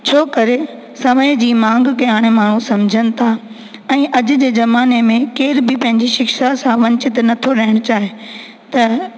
छो करे समय जी मांग के हाणे माण्हू समझनि था ऐं अॼ जे ज़माने में केर बि पंहिंजी शिक्षा सां वंचित नथो रहण चाहे त